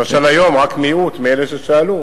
למשל היום, רק מיעוט מאלה ששאלו